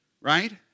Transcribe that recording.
Right